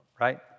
Right